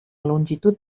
longitud